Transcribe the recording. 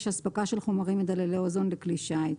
אספקה של חומרים מדללי אוזון לכלי שיט.